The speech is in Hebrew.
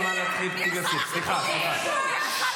מי עשה לך עיכוב?